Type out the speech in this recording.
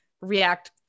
react